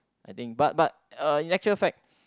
I think but but in actual fact